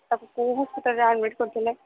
ତାକୁ କୋଉ ହସ୍ପିଟାଲ୍ରେ ଆଡମିଟ୍ କରିଥିଲେ